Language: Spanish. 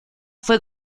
fue